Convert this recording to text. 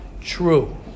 True